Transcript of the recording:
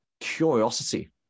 curiosity